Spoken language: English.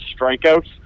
strikeouts